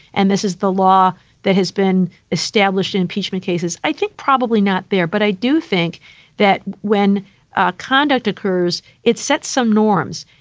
and this is the law that has been established in impeachment cases. i think probably not there. but i do think that when ah conduct occurs, it sets some norms,